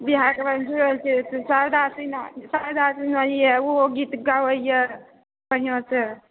बिहारमे जे छै से शारदा सिन्हा शारदा सिन्हा यए ओ गीत गाबैए बढ़िआँसँ